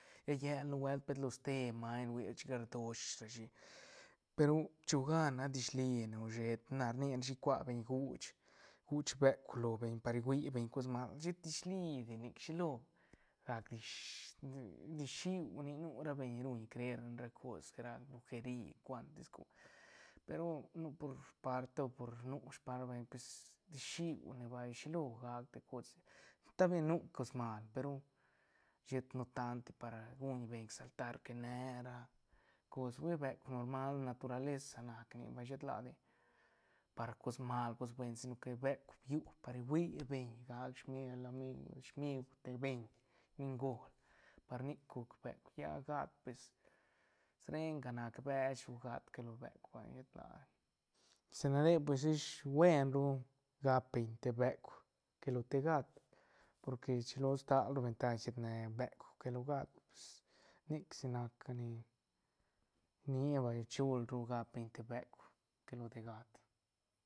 Lla llel nu buelt pet lo ste maiñ rui chic rdosh rashi pe ru chu gan la dish line o sheta na rni rashi cuabeñ guch- guch beuk lo beñ par hui beñ cos mal shet dishlidi nic shi lo gac dish- di- dishiu nic nu ra beñ ruñ creer len ra cosga ra brujeri cuentis cos pe ru nu por sparta nu sparta vay pues dishiu ne vay shilo gac te cose tal ves nu cos mal pe ru shet no tan di par guñbeñ exaltar que nera cos hui beuk normal naturaleza nac nic vay shet ladi par cos mal cos buen si no que beuk biu par hui beñ gac smiuk el amigo smiuk te beñ ni göl par nic guc beuk lla gat pues srenga nac bech ru gat que lo beuk vay shet ladi sha na ra ish buen ru gap beñ te beuk que lo te gat porque rchilo stal ru ventaj riet ne beuk que lo gat pues nic si nac ni- nia vay chul ru rap beñ te beuk que lo te gat.